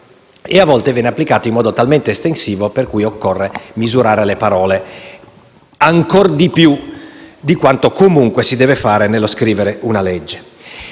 e a volte ciò avviene in modo talmente estensivo per cui occorre misurare le parole ancor più di quanto comunque si deve fare nello scrivere una legge.